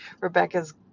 Rebecca's